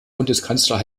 bundeskanzler